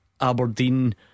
Aberdeen